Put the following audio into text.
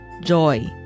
Joy